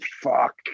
Fuck